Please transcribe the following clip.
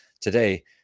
today